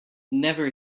never